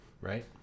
right